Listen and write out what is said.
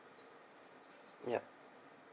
ya